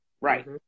right